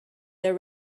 their